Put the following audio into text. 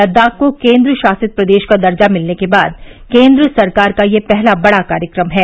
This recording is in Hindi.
लद्दाख को केन्द्र शासित प्रदेश का दर्जा मिलने के बाद केन्द्र सरकार का यह पहला बड़ा कार्यक्रम है